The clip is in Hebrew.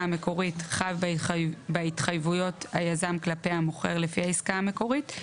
המקורית חב בהתחייבויות היזם כלפי המוכר לפי העסקה המקורית,